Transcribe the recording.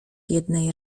jednej